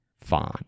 fine